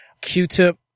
Q-Tip